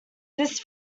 this